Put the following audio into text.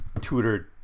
tutored